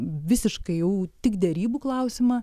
visiškai jau tik derybų klausimą